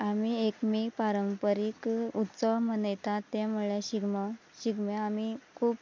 आमी एकमेव पारंपारीक उत्सव मनयतात तें म्हळ्यार शिगमो शिगम्या आमी खूब